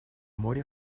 море